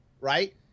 right